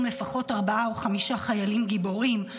לפחות ארבעה או חמישה חיילים גיבורים,